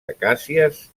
acàcies